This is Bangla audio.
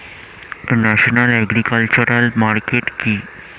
ন্যাশনাল এগ্রিকালচার মার্কেট কি?